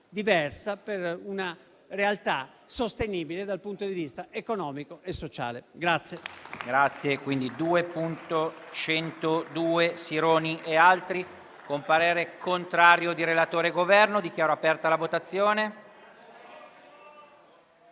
diversa per una realtà sostenibile dal punto di vista economico e sociale.